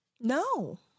no